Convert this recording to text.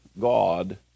God